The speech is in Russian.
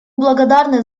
благодарны